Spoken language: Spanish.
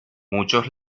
muchos